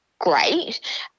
great